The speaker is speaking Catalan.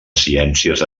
ciències